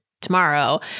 tomorrow